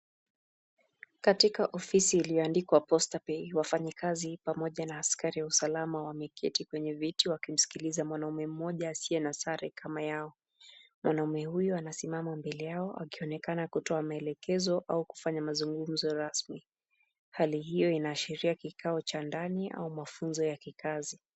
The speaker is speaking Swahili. Katika ofisi iliyoandikwa Posta Pay, wafanyikazi pamoja na askari wa usalama wameketi kwenye viti wakimsikiliza mwanaume moja asiye na sare kama yao. Mwanaume huyu anasimama mbele yao akionekana kutoa maelekezo au kufanya mazungumzo rasmi. Hali hiyo inaashiria kikao cha ndani au mafunzo ya kikazi.